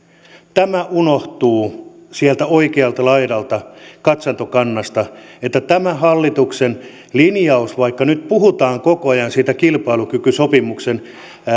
tämä tosiseikka unohtuu sieltä oikealta laidalta katsantokannasta että vaikka tässä hallituksen linjauksessa nyt puhutaan koko ajan siitä kilpailukykysopimuksen